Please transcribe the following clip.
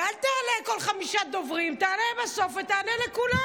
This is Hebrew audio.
ואל תעלה כל חמישה דוברים, תעלה בסוף ותענה לכולם.